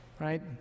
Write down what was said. right